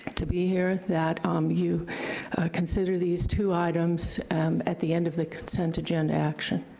to be here, that um you consider these two items at the end of the consent agenda action,